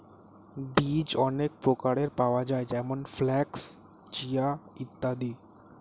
বীজ অনেক প্রকারের পাওয়া যায় যেমন ফ্ল্যাক্স, চিয়া ইত্যাদি